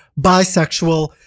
bisexual